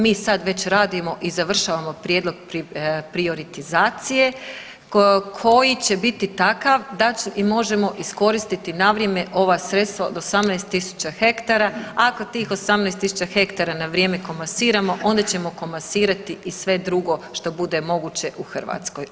Mi sad već radimo i završavamo prijedlog prioritizacije koji će biti takav da će i možemo iskoristiti na vrijeme ova sredstva od 18 tisuća hektara, ako tih 18 tisuća hektara na vrijeme komasiramo onda ćemo komasirati i sve drugo što bude moguće u Hrvatskoj.